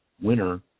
winner